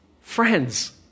Friends